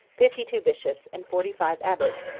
fifty two bishops, and forty-five abbots,